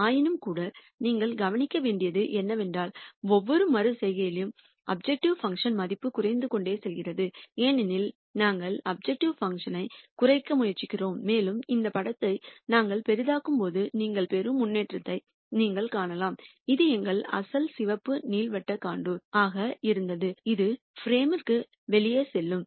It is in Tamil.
ஆயினும்கூட நீங்கள் கவனிக்க வேண்டியது என்னவென்றால் ஒவ்வொரு மறு செய்கையிலும் அப்ஜெக்டிவ் பங்க்ஷன் மதிப்பு குறைந்து கொண்டே செல்கிறது ஏனெனில் நாங்கள் அப்ஜெக்டிவ் பங்க்ஷன் ஐக் குறைக்க முயற்சிக்கிறோம் மேலும் இந்த படத்தை நாங்கள் பெரிதாக்கும்போது நீங்கள் பெறும் முன்னேற்றத்தை நீங்கள் காணலாம் இது எங்கள் அசல் சிவப்பு நீள்வட்ட கண்டுர் ஆக இருந்தது இது சட்டத்திற்கு வெளியே செல்லும்